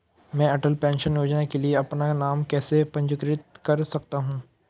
मैं अटल पेंशन योजना के लिए अपना नाम कैसे पंजीकृत कर सकता हूं?